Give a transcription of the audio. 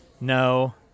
No